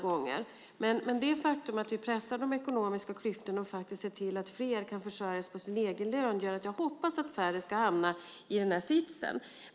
Men det faktum att vi pressar de ekonomiska klyftorna och ser till att fler kan försörja sig på sin egen lön gör att jag hoppas att färre hamnar i den här sitsen.